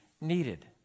needed